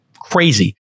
crazy